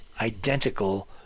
identical